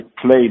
played